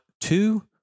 two